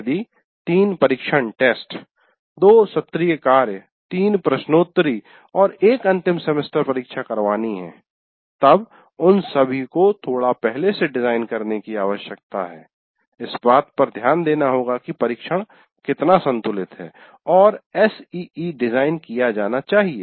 यदि 3 परीक्षण 2 सत्रीय कार्य 3 प्रश्नोत्तरी और 1 अंतिम सेमेस्टर परीक्षा करवानी है तब उन सभी को थोड़ा पहले से डिज़ाइन करने की आवश्यकता है इस बात पर ध्यान देना होगा कि परीक्षण कितना संतुलित है और एसईई डिजाइन किया जाना चाहिए